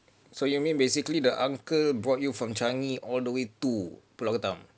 so you mean basically the uncle brought you from changi all the way to pulau ketam